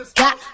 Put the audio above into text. got